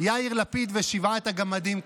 יאיר לפיד ושבעת הגמדים,